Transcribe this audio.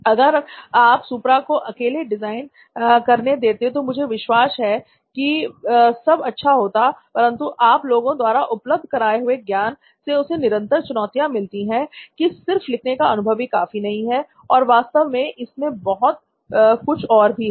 अगर आप सुप्रा को अकेले डिजाइन करने देते तो मुझे विश्वास है की सब अच्छा होता परंतु आप लोगों द्वारा उपलब्ध कराए हुए ज्ञान से उसे निरंतर चुनौतियां मिलती हैं की सिर्फ लिखने का अनुभव ही काफी नहीं है और वास्तव में इसमें बहुत कुछ और भी है